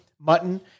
mutton